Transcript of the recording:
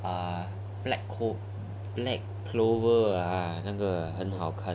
uh black co~ black clover ah ha 那个很好看